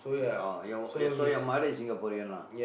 orh your uh so your mother is Singaporean lah